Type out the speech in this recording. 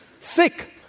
thick